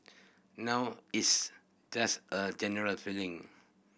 now it's just a general feeling